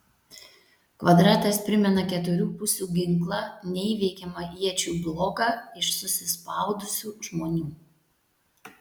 kvadratas primena keturių pusių ginklą neįveikiamą iečių bloką iš susispaudusių žmonių